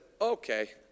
okay